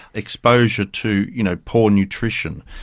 exposure to you know poor nutrition,